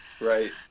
Right